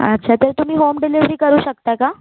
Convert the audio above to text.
अच्छा तर तुम्ही होम डिलेव्हरी करू शकता का